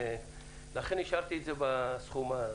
לכן השארתי את זה בסכום הזה.